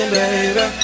baby